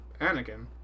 Anakin